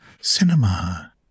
Cinema